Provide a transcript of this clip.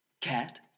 Cat